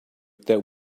that